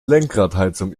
lenkradheizung